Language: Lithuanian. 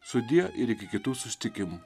sudie ir iki kitų susitikimų